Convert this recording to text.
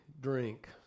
drink